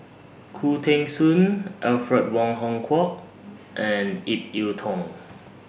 Khoo Teng Soon Alfred Wong Hong Kwok and Ip Yiu Tung